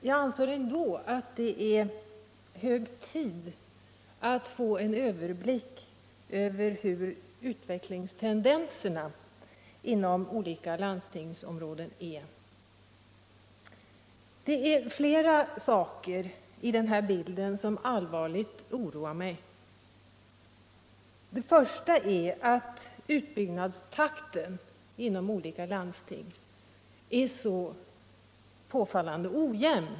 Jag anser ändå att det är hög tid att få en överblick över hur utvecklingstendenserna är inom olika landstingsområden. Det är flera saker i den här bilden som allvarligt oroar mig. En av dem är att utbyggnadstakten inom olika landsting är påfallande ojämn.